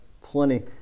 plenty